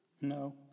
No